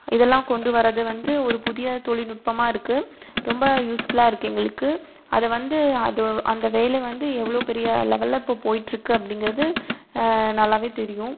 இதல்லாம் கொண்டுவர்றது வந்து ஒரு புதிய தொழில்நுட்பமாக இருக்கு ரொம்ப யூஸ்ஃபுல்லா இருக்கு எங்களுக்கு அது வந்து அது அந்த வேலை வந்து எவ்வளோ பெரிய லெவலில் இப்போது போய்ட்டு இருக்கு அப்படிங்கிறது நல்லாவே தெரியும்